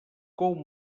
com